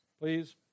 please